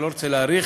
אני לא רוצה להאריך,